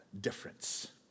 difference